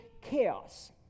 chaos